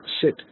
sit